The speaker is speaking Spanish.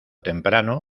temprano